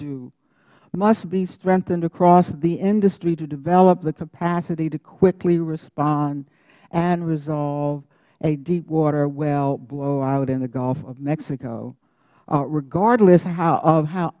do must be strengthened across the industry to develop the capacity to quickly respond and resolve a deepwater well blowout in the gulf of mexico regardless of how